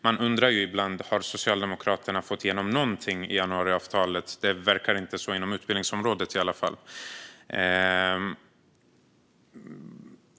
Man undrar ibland: Har Socialdemokraterna fått igenom någonting i januariavtalet? Det verkar inte vara så inom utbildningsområdet i alla fall.